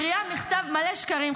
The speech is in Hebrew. היא מקריאה מכתב מלא שקרים,